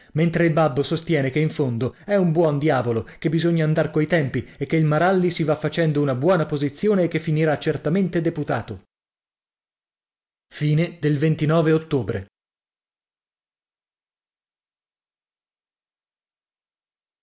mentre il babbo sostiene che in fondo è un buon diavolo che bisogna andar coi tempi e che il maralli si va facendo una buona posizione e che finirà certamente deputato ottobre